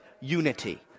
unity